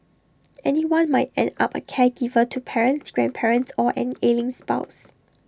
anyone might end up A caregiver to parents grandparents or an ailing spouse